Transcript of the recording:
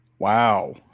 Wow